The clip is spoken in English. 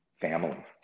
family